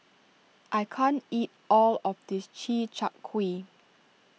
I can't eat all of this Chi Kak Kuih